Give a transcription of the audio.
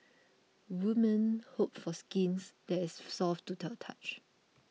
women hope for skin that is soft to the touch